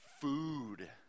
food